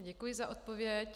Děkuji za odpověď.